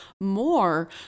more